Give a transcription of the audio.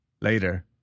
Later